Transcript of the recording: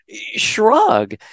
shrug